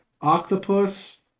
Octopus